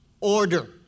order